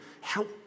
Help